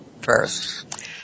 first